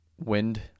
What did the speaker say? wind